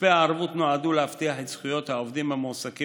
כספי הערבות נועדו להבטיח את זכויות העובדים המועסקים